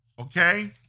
Okay